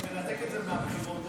חבר הכנסת עמית הלוי, בבקשה.